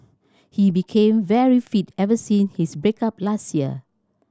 he became very fit ever since his break up last year